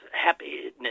happiness